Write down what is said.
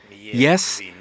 Yes